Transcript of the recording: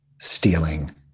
stealing